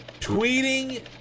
tweeting